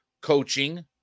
coaching